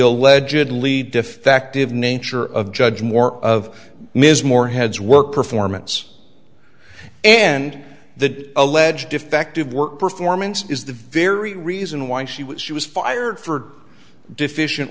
allegedly defective nature of judge moore of ms more heads work performance and the alleged effect of work performance is the very reason why she was she was fired for deficient